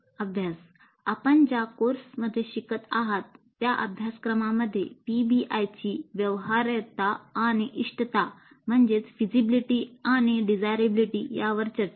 अभ्यास आपण ज्या कोर्समध्ये शिकत आहात त्या अभ्यासक्रमांमध्ये पीबीआयची व्यवहार्यता आणि इष्टता यावर चर्चा करा